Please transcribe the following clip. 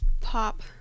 Pop